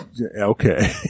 Okay